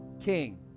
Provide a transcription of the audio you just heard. king